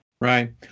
Right